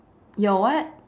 your what